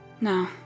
No